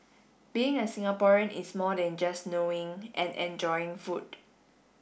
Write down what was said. being a Singaporean is more than just knowing and enjoying food